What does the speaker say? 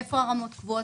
איפה הרמות קבועות?